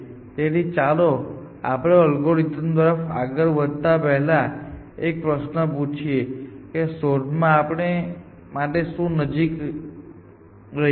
તેથી ચાલો આપણે એલ્ગોરિધમ્સ તરફ આગળ વધતા પહેલા એક પ્રશ્ન પૂછીએ કે શોધમાં આપણા માટે શું નજીક કરી રહ્યું છે